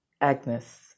Agnes